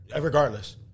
Regardless